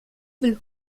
will